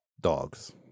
dogs